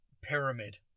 pyramid